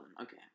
okay